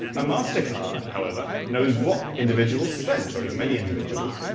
ah mastercard, however, knows what individuals spent or as many individuals.